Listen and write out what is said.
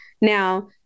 Now